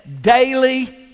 daily